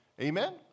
Amen